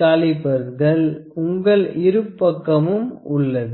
காலிபர்கள் உங்கள் இரு பக்கமும் உள்ளது